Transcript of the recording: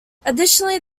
additionally